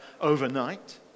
overnight